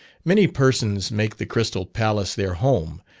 many persons make the crystal palace their home,